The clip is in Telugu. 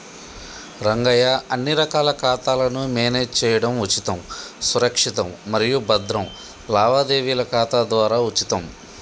రంగయ్య అన్ని రకాల ఖాతాలను మేనేజ్ చేయడం ఉచితం సురక్షితం మరియు భద్రం లావాదేవీల ఖాతా ద్వారా ఉచితం